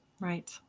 Right